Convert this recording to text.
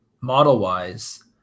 model-wise